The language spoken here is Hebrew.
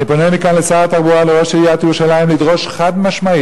אני פונה מכאן לשר התחבורה ולראש עיריית ירושלים לדרוש חד-משמעית,